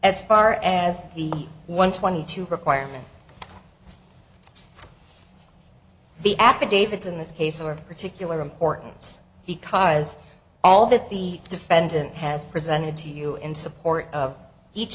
as far as the one twenty two requirement the affidavit in this case or particular importance because all that the defendant has presented to you in support of each